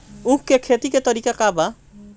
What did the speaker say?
उख के खेती का तरीका का बा?